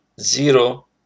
zero